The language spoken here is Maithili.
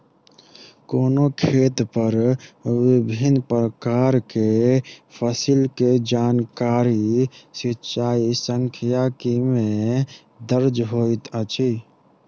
कोनो खेत पर विभिन प्रकार के फसिल के जानकारी सिचाई सांख्यिकी में दर्ज होइत अछि